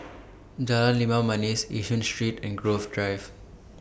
Jalan Limau Manis Yishun Street and Grove Drive